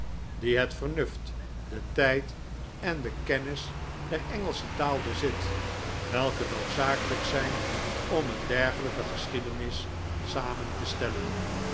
die het vernuft den tijd en de kennis der engelsche taal bezit welke noodzakelijk zijn om een dergelijke geschiedenis samen te stellen